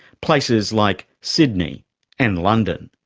places like sydney and london.